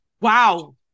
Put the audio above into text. Wow